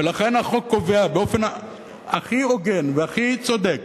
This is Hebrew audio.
ולכן החוק קובע באופן הכי הוגן והכי צודק